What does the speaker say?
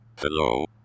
hello